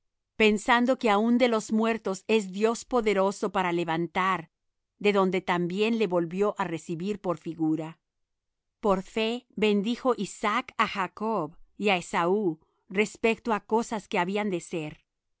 pensando que aun de los muertos es dios poderoso para levantar de donde también le volvió á recibir por figura por fe bendijo isaac á jacob y á esaú respecto á cosas que habían de ser